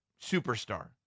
superstar